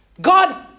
God